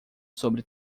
sobre